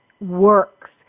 works